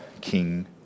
king